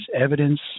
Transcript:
evidence